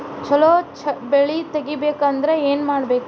ಛಲೋ ಬೆಳಿ ತೆಗೇಬೇಕ ಅಂದ್ರ ಏನು ಮಾಡ್ಬೇಕ್?